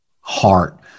heart